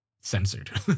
censored